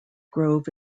grove